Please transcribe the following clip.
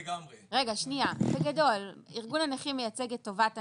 בגדול ארגון הנכים מייצג את טובת הנכים,